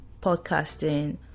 podcasting